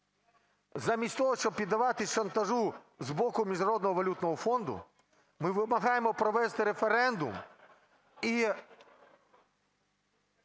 замість того, щоб піддаватись шантажу з боку Міжнародного валютного фонду, ми вимагаємо провести референдум і